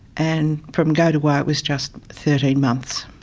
and from go to whoa it was just thirteen months.